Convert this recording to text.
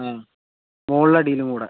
ആ മുകളിലും അടിയിലും കൂടി